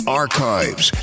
archives